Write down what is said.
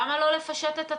למה לא לפשט את התהליך?